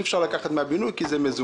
אי אפשר לקחת מהבינוי כי זה מזומן.